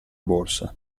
borsa